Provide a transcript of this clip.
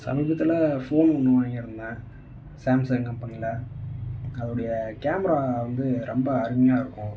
சமீபத்தில் ஃபோன் ஒன்று வாங்கிருந்தேன் சாம்சங் கம்பெனியில அதுவுடைய கேமரா வந்து ரொம்ப அருமையாக இருக்கும்